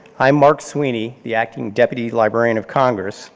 i'm mark sweeney, the acting deputy librarian of congress.